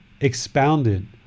expounded